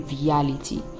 reality